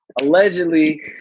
allegedly